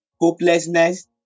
hopelessness